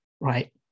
Right